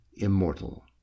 immortal